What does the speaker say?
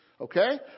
Okay